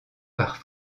par